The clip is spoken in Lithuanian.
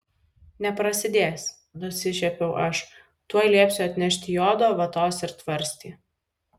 neprasidės nusišiepiau aš tuoj liepsiu atnešti jodo vatos ir tvarstį